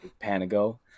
Panago